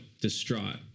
distraught